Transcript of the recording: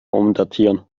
umdatieren